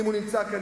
אם הוא נמצא כאן,